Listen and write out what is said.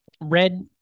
red